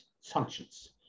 sanctions